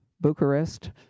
Bucharest